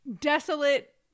desolate